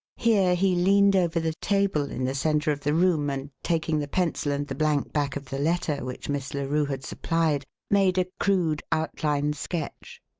here he leaned over the table in the centre of the room and, taking the pencil and the blank back of the letter which miss larue had supplied, made a crude outline sketch